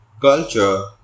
culture